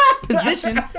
position